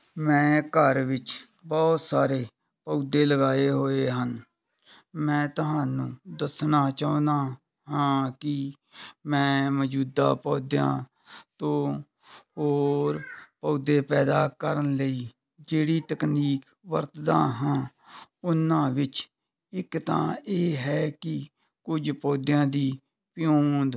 ਮੈਂ ਘਰ ਵਿੱਚ ਬਹੁਤ ਸਾਰੇ ਪੌਦੇ ਲਗਾਏ ਹੋਏ ਹਨ ਮੈਂ ਤੁਹਾਨੂੰ ਦੱਸਣਾ ਚਾਹੁੰਦਾ ਹਾਂ ਕਿ ਮੈਂ ਮੌਜੂਦਾ ਪੌਦਿਆਂ ਤੋਂ ਹੋਰ ਪੌਦੇ ਪੈਦਾ ਕਰਨ ਲਈ ਜਿਹੜੀ ਤਕਨੀਕ ਵਰਤਦਾ ਹਾਂ ਉਹਨਾਂ ਵਿੱਚ ਇੱਕ ਤਾਂ ਇਹ ਹੈ ਕਿ ਕੁਝ ਪੌਦਿਆਂ ਦੀ ਪਿਉਂਦ